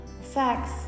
sex